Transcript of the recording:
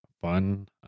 fun